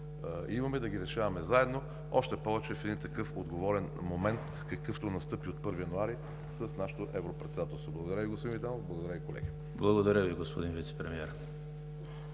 имаме, да ги решаваме заедно, още повече в един такъв отговорен момент, какъвто настъпи от 1 януари с нашето Европредседателство. Благодаря Ви, господин Витанов. Благодаря Ви, колеги. ПРЕДСЕДАТЕЛ ЕМИЛ ХРИСТОВ: Благодаря Ви, господин Вицепремиер.